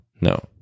No